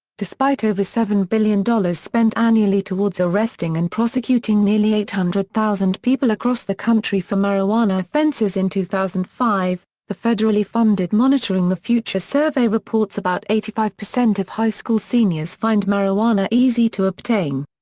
despite over seven billion dollars spent annually towards arresting and prosecuting nearly eight hundred thousand people across the country for marijuana offenses in two thousand and five, the federally funded monitoring the future survey reports about eighty five percent of high school seniors find marijuana easy to obtain.